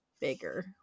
bigger